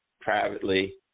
privately